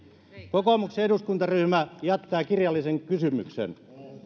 kokoomuksen eduskuntaryhmä jättää kirjallisen kysymyksen me